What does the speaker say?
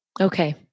Okay